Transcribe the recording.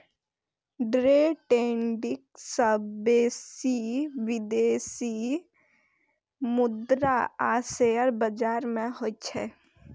day trading सबसं बेसी विदेशी मुद्रा आ शेयर बाजार मे होइ छै